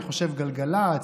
אני חושב בגלגלצ,